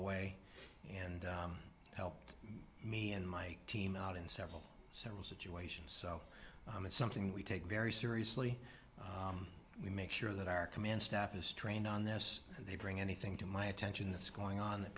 away and helped me and my team out in several several situations so it's something we take very seriously we make sure that our command staff is trained on this and they bring anything to my attention that's going on that